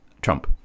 trump